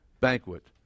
banquet